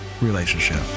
relationship